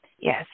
yes